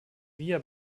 via